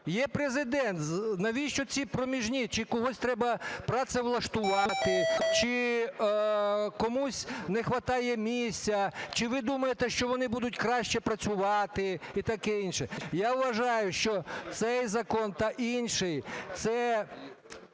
Є Президент, навіщо ці проміжні? Чи когось треба працевлаштувати, чи комусь не хватає місця? Чи ви думаєте, що вони будуть краще працювати і таке інше? Я вважаю, що цей закон та інший - це